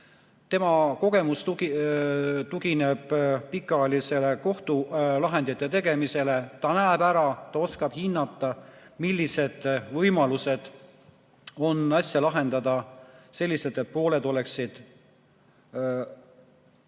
Tema kogemus tugineb pikaajalisele kohtulahendite tegemisele. Ta näeb ära, ta oskab hinnata, millised võimalused on asja lahendada selliselt, et pooled oleksid rahul.